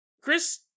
Chris